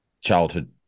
childhood